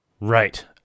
Right